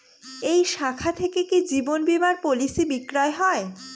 এই শাখা থেকে কি জীবন বীমার পলিসি বিক্রয় হয়?